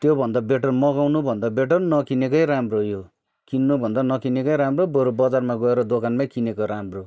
त्यो भन्दा बेटर मगाउनुभन्दा बेटर नकिनेकै राम्रो यो किन्नु भन्दा नकिनेकै राम्रो बरू बजारमा गएर दोकानमै किनेको राम्रो